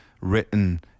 written